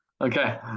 okay